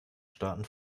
staaten